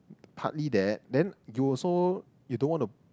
partly that then you also you don't want to